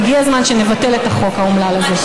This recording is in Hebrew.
והגיע הזמן שנבטל את החוק האומלל הזה.